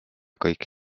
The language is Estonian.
kõik